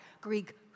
Greek